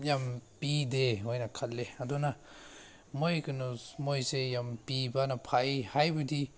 ꯌꯥꯝ ꯄꯤꯗꯦ ꯑꯣꯏꯅ ꯈꯜꯂꯤ ꯑꯗꯨꯅ ꯃꯣꯏ ꯀꯩꯅꯣ ꯃꯣꯏꯁꯦ ꯌꯥꯝ ꯄꯤꯕꯅ ꯐꯩ ꯍꯥꯏꯕꯗꯤ